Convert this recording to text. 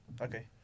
Okay